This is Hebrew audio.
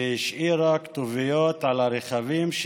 והשאירה כתוביות על הרכבים,